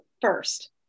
first